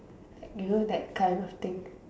like you know that kind of thing